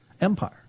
empire